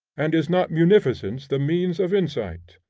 and is not munificence the means of insight?